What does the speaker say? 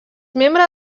membre